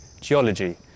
geology